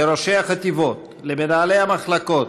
לראשי החטיבות, למנהלי המחלקות,